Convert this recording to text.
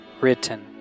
written